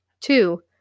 Two